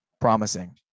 promising